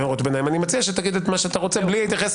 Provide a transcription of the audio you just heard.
אני מציע שתגיד מה שאתה רוצה בלי להתייחס